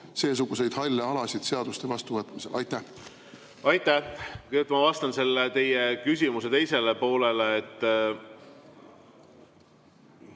seesuguseid halle alasid seaduste vastuvõtmisel. Aitäh! Kõigepealt ma vastan teie küsimuse teisele poolele.